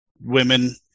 women